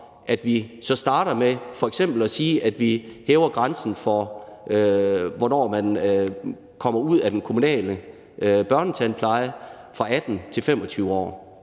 at vi så starter med, at vi f.eks. hæver grænsen for, hvornår man kommer ud af den kommunale børnetandpleje, fra 18 til 25 år.